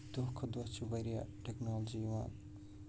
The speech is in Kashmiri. دۄہ کھۄتہٕ دۄہ چھُ واریاہ ٹٮ۪کنالجی یِوان